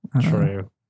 True